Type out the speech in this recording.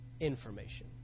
information